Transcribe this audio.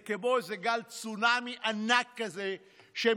זה כמו איזה גל צונאמי ענק כזה שמתקרב